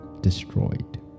destroyed